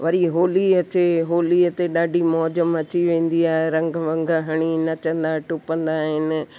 वरी होली अचे होलीअ ते ॾाढी मौज मची वेंदी आहे रंग वंग हणी नचंदा टुपंदा आहिनि